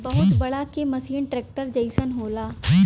बहुत बड़ा के मसीन ट्रेक्टर जइसन होला